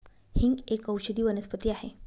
हिंग एक औषधी वनस्पती आहे